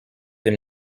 une